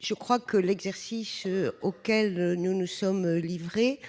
Je crois que l'exercice auquel nous nous sommes livrés